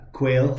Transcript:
Quail